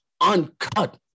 Uncut